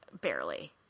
barely